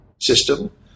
system